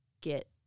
get